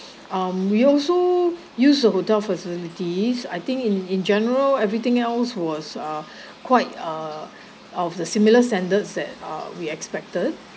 um we also use the hotel facilities I think in in general everything else was ah quite uh of the similar standards that ah we expected